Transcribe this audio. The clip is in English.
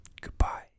Goodbye